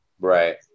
Right